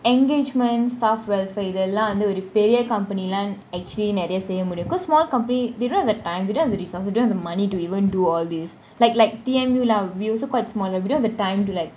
engagement staff welfare இத்தலம் வந்து ஒரு பெரிய :ithulam vanthu oru periya company லாம் செய்ய முடியும் :lam seiya mudiyum actually nadia say because small company they don't have the time they don't have the resources they don't have the money to even do all this like like T_M_U lah we also quite small we don't have the time to like